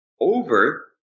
over